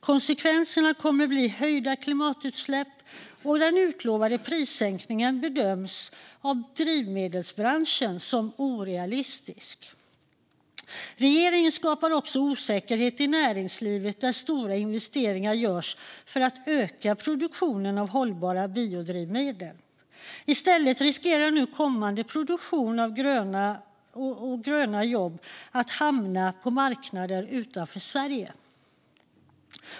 Konsekvenserna kommer att bli höjda klimatutsläpp, och den utlovade prissänkningen bedöms av drivmedelsbranschen som orealistisk. Regeringen skapar också osäkerhet i näringslivet där stora investeringar görs för att öka produktionen av hållbara biodrivmedel. I stället riskerar nu kommande produktion och gröna jobb att hamna på marknader utanför Sverige.